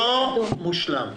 לא מושלם.